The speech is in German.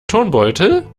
turnbeutel